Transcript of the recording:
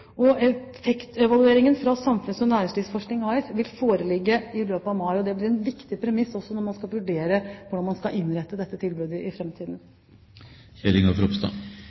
og kunnskaper om hva som virker. Effektevalueringen fra Samfunns- og næringslivsforskning AS vil foreligge i løpet av mai, og det blir en viktig premiss når man skal vurdere hvordan man skal innrette dette tilbudet i